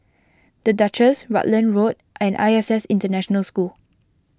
the Duchess Rutland Road and I S S International School